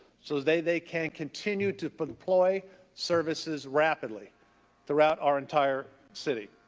so they they can continue to but employ services rapidly throughout our entire city.